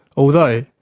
although,